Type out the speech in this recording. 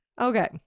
Okay